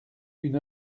une